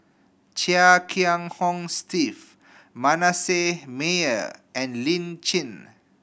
Chia Kiah Hong Steve Manasseh Meyer and Lin Chen